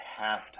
halftime